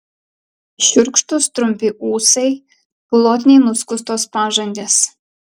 šiurkštūs trumpi ūsai glotniai nuskustos pažandės